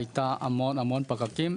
והיו המון פקקים,